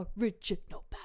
original